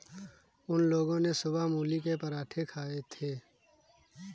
उन लोगो ने सुबह मूली के पराठे खाए थे